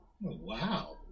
wow